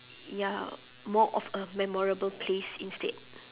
ya more of a memorable place instead